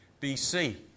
BC